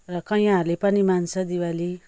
र कैयाँहरूले पनि मान्छ दिवाली